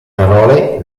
parole